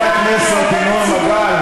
חבר הכנסת ינון מגל,